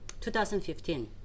2015